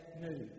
news